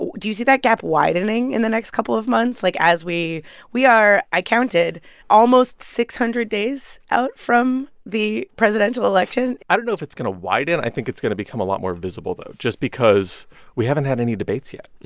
do you see that gap widening in the next couple of months, like, as we we are i counted almost six hundred days out from the presidential election? i don't know if it's going to widen. i think it's going to become a lot more visible, though, just because we haven't had any debates yet